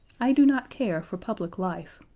i do not care for public life,